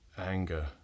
anger